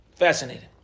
fascinating